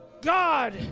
God